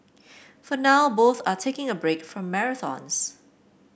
for now both are taking a break from marathons